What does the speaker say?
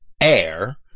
air